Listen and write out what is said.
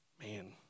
man